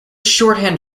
shorthand